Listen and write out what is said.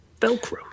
Velcro